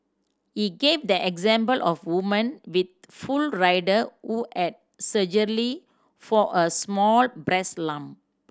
he gave the example of woman with full rider who had surgery for a small breast lump